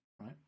right